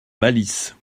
malice